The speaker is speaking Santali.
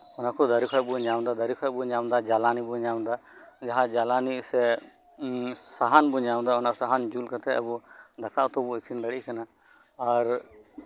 ᱚᱱᱟ ᱠᱚ ᱫᱟᱨᱮᱹ ᱠᱷᱚᱱ ᱵᱚᱱ ᱧᱟᱢ ᱮᱫᱟ ᱫᱟᱨᱮᱹ ᱠᱷᱚᱱ ᱵᱚᱱ ᱧᱟᱢ ᱮᱫᱟ ᱡᱟᱞᱟᱱᱤ ᱵᱚᱱ ᱧᱟᱢ ᱮᱫᱟ ᱡᱟᱦᱟᱸ ᱡᱟᱞᱟᱱᱤ ᱥᱮ ᱥᱟᱦᱟᱱ ᱵᱚᱱ ᱧᱟᱢ ᱮᱫᱟ ᱚᱱᱟ ᱥᱟᱦᱟᱱ ᱡᱳᱞ ᱠᱟᱛᱮᱫ ᱟᱵᱚ ᱫᱟᱠᱟ ᱩᱛᱩ ᱵᱚᱱ ᱤᱥᱤᱱ ᱫᱟᱲᱮᱭᱟᱜ ᱠᱟᱱᱟ ᱟᱨ